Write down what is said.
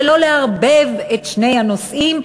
ולא לערבב את שני הנושאים,